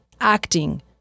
acting